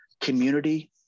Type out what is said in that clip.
Community